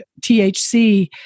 THC